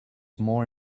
more